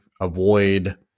Avoid